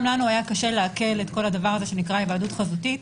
גם לנו היה קשה לעכל את כל הדבר הזה שנקרא היוועדות חזותית.